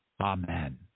Amen